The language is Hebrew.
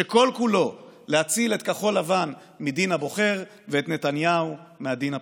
שכל-כולו להציל את כחול לבן מדין הבוחר ואת נתניהו מהדין הפלילי.